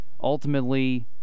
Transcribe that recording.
ultimately